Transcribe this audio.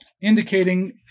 indicating